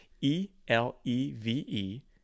E-L-E-V-E